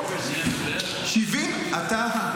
אני הדובר?